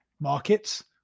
markets